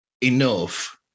enough